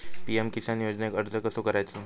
PM Kisan योजनेक अर्ज कसो करायचो?